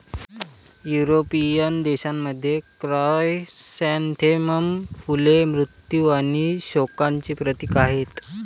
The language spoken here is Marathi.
युरोपियन देशांमध्ये, क्रायसॅन्थेमम फुले मृत्यू आणि शोकांचे प्रतीक आहेत